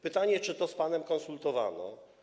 Pytanie, czy to z panem konsultowano.